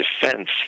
defense